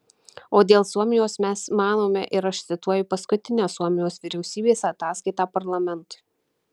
o dėl suomijos mes manome ir aš cituoju paskutinę suomijos vyriausybės ataskaitą parlamentui